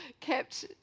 kept